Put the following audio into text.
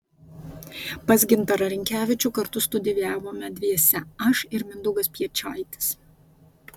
pas gintarą rinkevičių kartu studijavome dviese aš ir mindaugas piečaitis